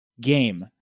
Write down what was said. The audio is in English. Game